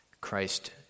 Christ